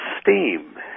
steam